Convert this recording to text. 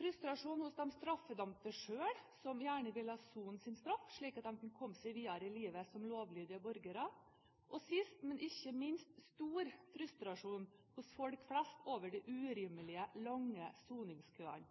frustrasjon hos de straffedømte selv, som gjerne ville sone sin straff, slik at de kunne komme seg videre i livet som lovlydige borgere og sist, men ikke minst stor frustrasjon hos folk flest over de urimelig lange soningskøene